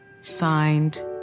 Signed